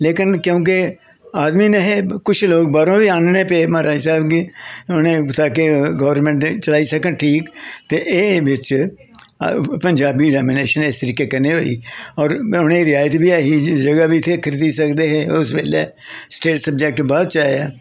हून क्योंकि आदमी नेईं हे कुछ लोग बाह्रों बी आह्नने पे महाराजा साह्ब गी उ'नें आक्खेआ गौरमैंट चलाई सकन ठीक ते एह् बिच पंजाबी डामिनेशन इस तरीके कन्नै होई होर उ'नें रियायत बी ऐही जगह् बी इत्थें खरीदी सकदे हे उस बेल्लै स्टेट सब्जेक्ट बाद च आया